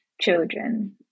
children